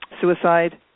suicide